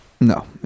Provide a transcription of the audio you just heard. No